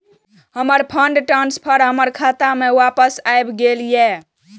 हमर fund transfer हमर खाता में वापस आब गेल या